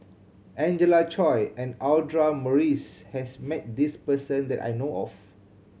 Angelina Choy and Audra Morrice has met this person that I know of